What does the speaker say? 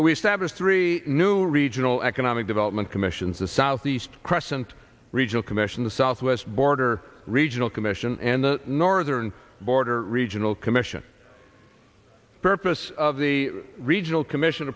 established three new regional economic development commissions the southeast crescent regional commission the southwest border regional commission and the northern border regional commission purpose of the regional commission